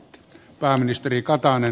pääministeri katainen